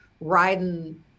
riding